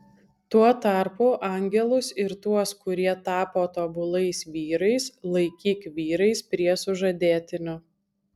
tuo tarpu angelus ir tuos kurie tapo tobulais vyrais laikyk vyrais prie sužadėtinio